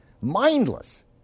mindless